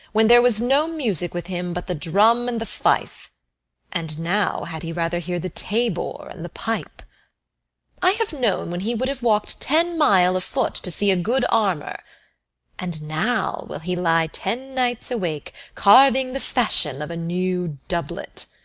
when there was no music with him but the drum and the fife and now had he rather hear the tabor and the pipe i have known when he would have walked ten mile afoot to see a good armour and now will he lie ten nights awake, carving the fashion of a new doublet.